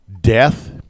death